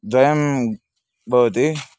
द्वयं भवतः